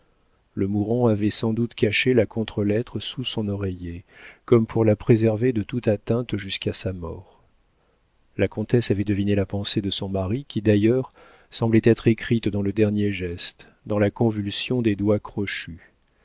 le mourant avait sans doute caché la contre-lettre sous son oreiller comme pour la préserver de toute atteinte jusqu'à sa mort la comtesse avait deviné la pensée de son mari qui d'ailleurs semblait être écrite dans le dernier geste dans la convulsion des doigts crochus